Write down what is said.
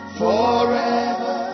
forever